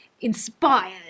inspired